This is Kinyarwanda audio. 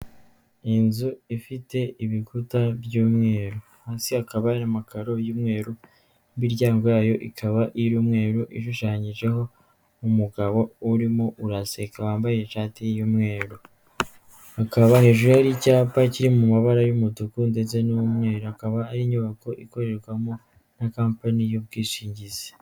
Inzu ifite ibikuta by'umweru, munsi hakaba hari amakaro y'umweru, imiryango yayo ikaba iy'umweru ishushanyijeho umugabo urimo uraseka wambaye ishati y'umweru, hakaba hejuru hari icyapa kiri mu mabara y'umutuku ndetse n'umweru, akaba ari inyubako ikorerwamo na kampani y'ubwishingizi.